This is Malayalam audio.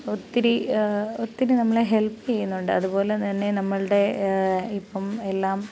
ഒത്തിരി ഒത്തിരി നമ്മളെ ഹെൽപ്പ് ചെയ്യുന്നുണ്ട് അതുപോലെ തന്നെ നമ്മളുടെ ഇപ്പം എല്ലാം